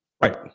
right